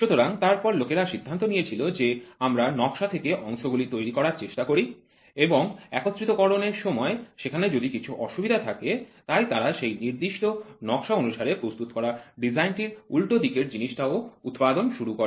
সুতরাং তারপর লোকেরা সিদ্ধান্ত নিয়েছিল যে আমরা নকশা থেকে অংশগুলি তৈরি করার চেষ্টা করি এবং একত্রিতকরণ এর সময় সেখানে যদি কিছু অসুবিধা থাকে তাই তারা সেই নির্দিষ্ট নকশা অনুসারে প্রস্তুত করা জিনিসটির উল্টোদিকের জিনিসটাও উৎপাদন শুরু করে